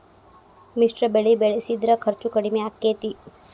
ಮಿಶ್ರ ಬೆಳಿ ಬೆಳಿಸಿದ್ರ ಖರ್ಚು ಕಡಮಿ ಆಕ್ಕೆತಿ?